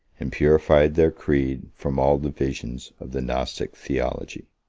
and purified their creed from all the visions of the gnostic theology.